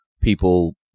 people